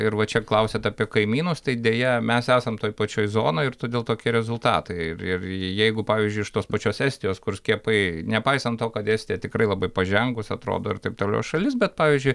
ir va čia klausiat apie kaimynus tai deja mes esam toj pačioj zonoj ir todėl tokie rezultatai ir ir jeigu pavyzdžiui iš tos pačios estijos kur skiepai nepaisant to kad estija tikrai labai pažengus atrodo ir taip toliau šalis bet pavyzdžiui